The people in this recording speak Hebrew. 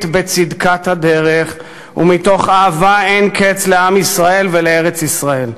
בצדקת הדרך ומתוך אהבה אין-קץ לעם ישראל ולארץ-ישראל.